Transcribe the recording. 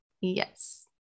Yes